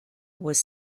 was